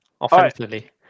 offensively